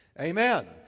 Amen